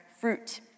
fruit